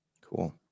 Cool